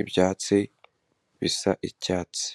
ibyatsi bisa icyatsi.